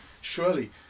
Surely